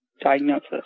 diagnosis